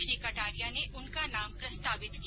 श्री कटारिया ने उनका नाम प्रस्तावित किया